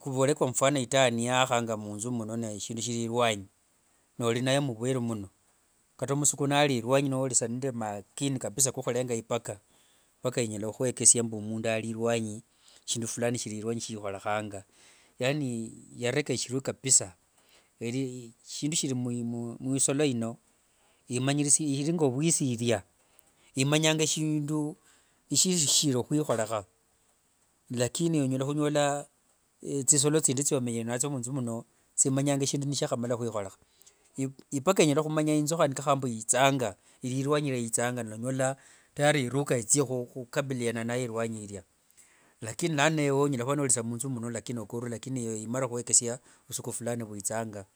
huvole kwa mfano itaa neyahanga munzu muno neshindu shiri elwanyi, norinayo muvweru muno kata msuku nari erwanyi nori sa nde makini kabisaa kohurengera ipaka, ipaka inyala huhuekesia mbu omundu ari alwanyi eyi, eshindu fulani shiri elwanyi eyi shiihorehanga. Yaani yareka eshirwi kabisaa, mberi shindu shiri muisolo ino imanyirisingia, yiiri ngo vuisiria, imanyanga shindu nishishiri hwihoreha, lakini onyala hunyola tsisolo tsindi tsiomenyere natsio munzu muno, tsimanyanga shindu shiahamala huihorera. Ipaka inyala humanya inzuha kahavanga mbu yiitsanga, yiiri rwanyi eria yiitsanga, nonyola tayari iruka itsia hukabiliana nayoo rwanyi eria, lakini lano ewe onyala ohuva sa noori munzu muno lakini okorerwe lakini imarire huhuekesia omuoko fulani kwitsanga.